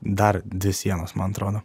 dar dvi sienos man atrodo